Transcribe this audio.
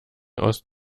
aus